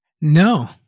No